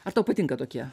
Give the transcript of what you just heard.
ar tau patinka tokie